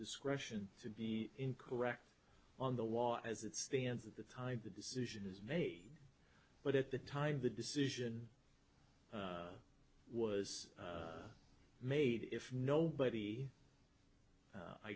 discretion to be incorrect on the law as it stands at the time the decision is made but at the time the decision was made if nobody